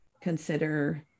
consider